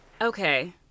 Okay